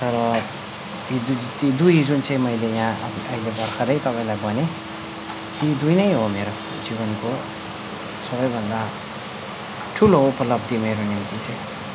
तर ती दुई दुई जुन चाहिँ मैले यहाँ अहिले भर्खरै तपाईँलाई भनेँ ती दुई नै हो मेरो जीवनको सबैभन्दा ठुलो उपलब्धि मेरो निम्ति चाहिँ